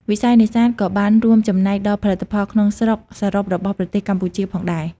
វិស័យនេសាទក៏បានរួមចំណែកដល់ផលិតផលក្នុងស្រុកសរុបរបស់ប្រទេសកម្ពុជាផងដែរ។